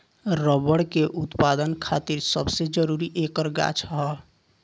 rubber के उत्पदान खातिर सबसे जरूरी ऐकर गाछ ह